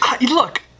Look